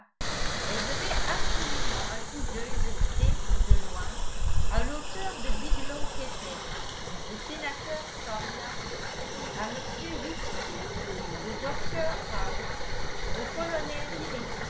elle devait absolument un coup d'œil de près ou de loin à l'auteur de biglow papers au sénateur sumner à m whittier au docteur howe au colonel